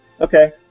Okay